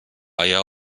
eier